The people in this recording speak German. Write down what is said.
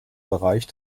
bereich